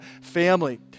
family